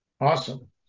Awesome